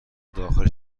داخل